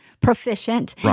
proficient